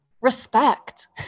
respect